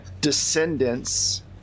descendants